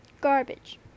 garbage